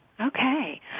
Okay